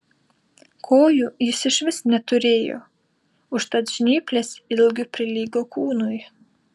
kojų jis išvis neturėjo užtat žnyplės ilgiu prilygo kūnui